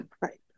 Right